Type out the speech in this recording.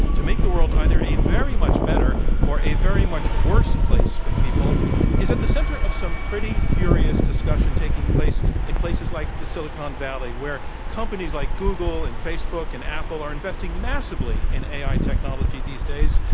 to make the world either a very much better or a very much worse place for people is at the center of some pretty furious discussions taking place in places like silicon valley where companies like google and facebook and apple are investing massively in ai technology these days,